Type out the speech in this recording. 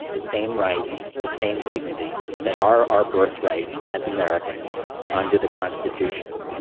the same rights, the same dignity that are our birthright as americans under the constitution.